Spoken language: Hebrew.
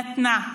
נתנה,